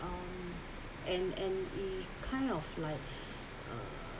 um and and it kind of like a